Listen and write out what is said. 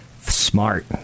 smart